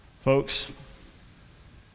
Folks